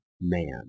man